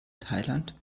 thailand